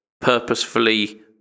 purposefully